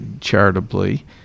charitably